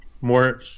more